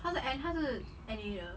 他是 N 他是 N_A 的